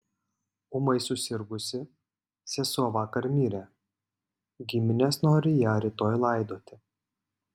ūmai susirgusi sesuo vakar mirė giminės nori ją rytoj laidoti